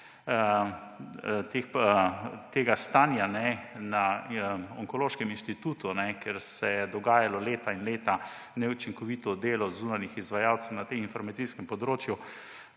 tega stanja na Onkološkem inštitutu, kjer se je dogajalo leta in leta neučinkovito delo zunanjih izvajalcev na tem informacijskem področju.